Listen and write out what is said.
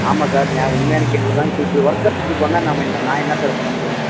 ஆமாம் சார் நான் உண்மையான கேள்வி தான் இப்போ இப்படி ஒர்க்கர்ஸ்ஸு இப்படி பண்ணால் நாம என்ன நான் என்ன சார் பண்ண முடியும்